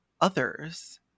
others